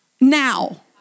now